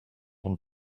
want